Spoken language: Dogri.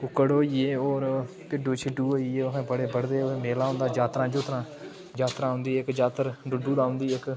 कुक्कड़ होई गे होर भिड्डू शिड्डू होई गे ओह् अहें बड़े बढदे जात्तरां जूत्तरां जात्तर इक जात्तर डुड्डू दा औंदी इक